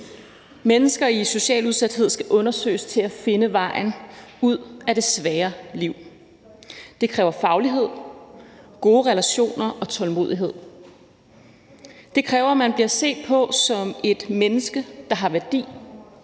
Mennesker i social udsathed skal visiteres, for at de kan finde vejen ud af det svære liv. Det kræver faglighed, gode relationer og tålmodighed. Det kræver, at man bliver set som et menneske, der har værdi,